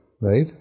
Right